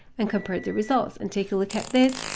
and compared the results, and take a look at this,